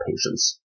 patients